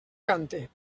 cante